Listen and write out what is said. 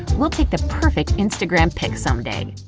we'll take the perfect instagram pic someday.